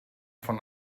von